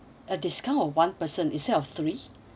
a discount of one person instead of three